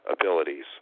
abilities